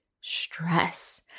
stress